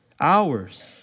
Hours